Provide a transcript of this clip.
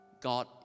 god